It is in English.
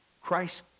Christ